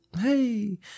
hey